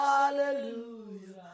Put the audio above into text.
Hallelujah